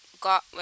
got